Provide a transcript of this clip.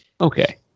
Okay